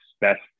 best